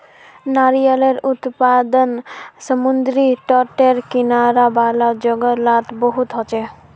नारियालेर उत्पादन समुद्री तटेर किनारा वाला जोगो लात बहुत होचे